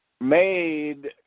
made